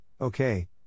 okay